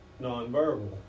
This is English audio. nonverbal